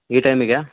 ಈ ಟೈಮಿಗೆ